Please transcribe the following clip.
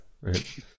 right